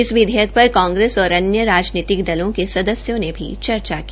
इस विधेयक पर कांग्रेस और अन्य राजनीतिक दलों के सदस्यों ने चर्चा की